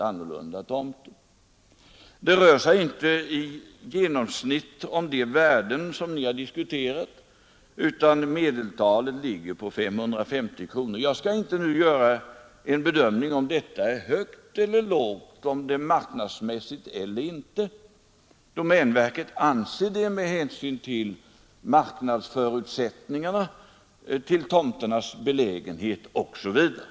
I genomsnitt är kostnaderna inte heller de som ni har diskuterat, utan medeltalet ligger på 550 kronor. Jag skall här inte göra någon bedömning av huruvida det priset är högt eller lågt, eller om det är marknadsmässigt eller inte. Domänverket anser att det är rimligt med hänsyn till marknadsförutsättningarna, tomternas belägenhet osv.